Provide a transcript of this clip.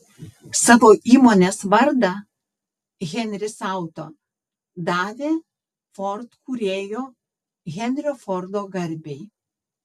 savo įmonės vardą henris auto davė ford kūrėjo henrio fordo garbei